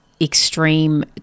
extreme